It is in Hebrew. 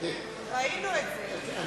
ראינו את זה,